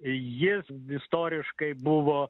jis istoriškai buvo